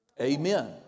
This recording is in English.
Amen